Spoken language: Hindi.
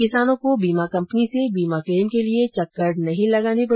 किसानों को बीमा कम्पनी से बीमा क्लेम के लिए चक्कर नहीं लगाने पडेगें